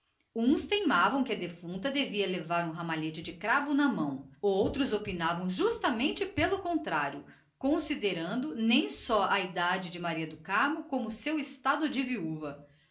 uns teimavam que a morta devia levar um ramalhete de cravos na mão outros negavam considerando nem só a idade da defunta como o seu estado de viúva